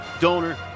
donor